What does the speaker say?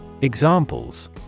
Examples